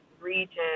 region